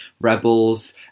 Rebels